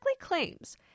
claims